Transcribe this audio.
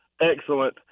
excellent